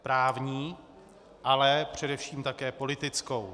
Právní, ale především také politickou.